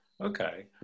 Okay